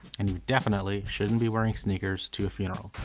and you definitely shouldn't be wearing sneakers to a funeral.